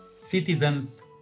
citizens